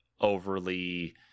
overly